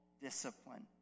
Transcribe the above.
discipline